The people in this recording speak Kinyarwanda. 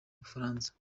bufaransa